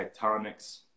tectonics